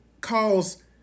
cause